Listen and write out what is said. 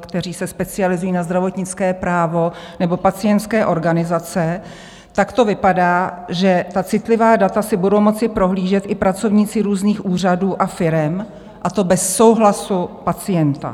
kteří se specializují na zdravotnické právo nebo pacientské organizace, to vypadá, že ta citlivá data si budou moci prohlížet i pracovníci různých úřadů a firem, a to bez souhlasu pacienta.